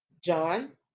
John